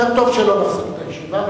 יותר טוב שלא נפסיק את הישיבה,